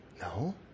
No